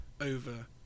over